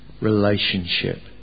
relationship